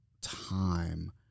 time